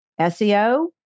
SEO